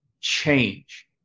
change